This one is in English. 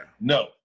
No